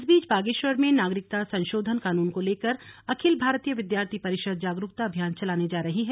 इस बीच बागेश्वर में नागरिकता संशोधन कानून को लेकर अखिल भारतीय विद्यार्थी परिषद जागरूकता अभियान चलाने जा रही है